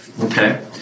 Okay